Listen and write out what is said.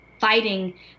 fighting